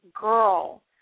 girl